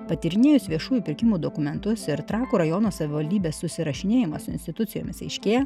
patyrinėjus viešųjų pirkimų dokumentus ir trakų rajono savivaldybės susirašinėjimas su institucijomis aiškėja